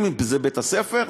אם זה בית-ספר,